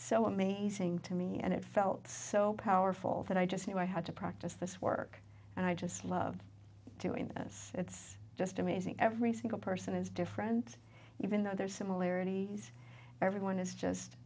so amazing to me and it felt so powerful that i just knew i had to practice this work and i just love doing this it's just amazing every single person is different even though there are similarities everyone is just